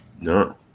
No